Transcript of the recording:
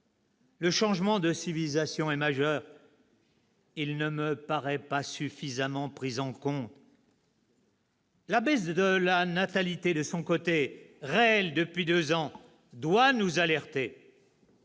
Le changement de civilisation est majeur. Il ne me paraît pas suffisamment pris en compte. La baisse de la natalité, de son côté, réelle depuis deux ans, doit nous alerter.